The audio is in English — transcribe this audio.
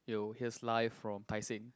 Yo he has life from tai-seng